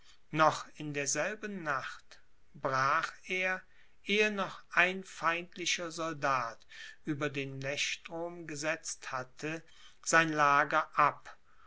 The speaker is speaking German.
noch in derselben nacht brach er ehe noch ein feindlicher soldat über den lechstrom gesetzt hatte sein lager ab